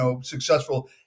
successful